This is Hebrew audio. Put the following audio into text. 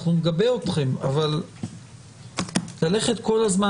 אנחנו נגבה אתכם אבל לא ללכת כל הזמן